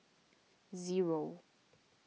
zero